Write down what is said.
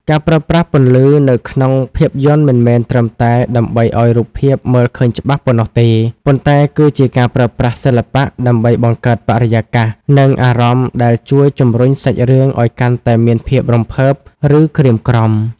ការប្រើប្រាស់ពន្លឺនៅក្នុងភាពយន្តមិនមែនត្រឹមតែដើម្បីឱ្យរូបភាពមើលឃើញច្បាស់ប៉ុណ្ណោះទេ ប៉ុន្តែគឺជាការប្រើប្រាស់សិល្បៈដើម្បីបង្កើតបរិយាកាស និងអារម្មណ៍ដែលជួយជម្រុញសាច់រឿងឱ្យកាន់តែមានភាពរំភើប ឬក្រៀមក្រំ។